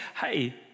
hey